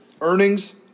Earnings